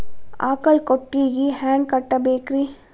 ಆಕಳ ಕೊಟ್ಟಿಗಿ ಹ್ಯಾಂಗ್ ಕಟ್ಟಬೇಕ್ರಿ?